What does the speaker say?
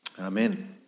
Amen